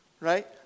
Right